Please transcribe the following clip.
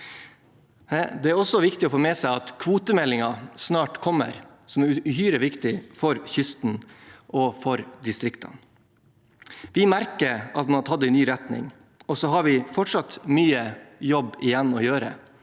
Det er også viktig å få med seg at kvotemeldingen snart kommer, som er uhyre viktig for kysten og for distriktene. Vi merker at man har tatt en ny retning. Så har vi fortsatt mye jobb igjen å gjøre,